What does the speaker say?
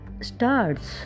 starts